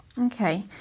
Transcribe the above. Okay